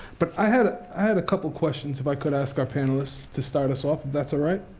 but i had i had a couple questions, if i could ask our panelists, to start us off, if that's all right?